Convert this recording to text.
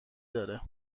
داره